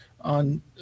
on